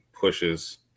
pushes